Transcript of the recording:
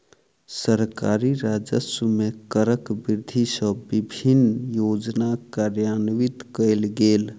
सरकारी राजस्व मे करक वृद्धि सँ विभिन्न योजना कार्यान्वित कयल गेल